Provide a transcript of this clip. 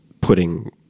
putting